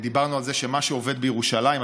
דיברנו על זה שמה שעובד בירושלים,